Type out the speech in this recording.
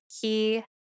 key